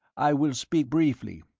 i will speak briefly,